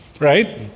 right